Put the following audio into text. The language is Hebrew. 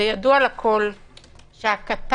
ידוע לכול שהקטר,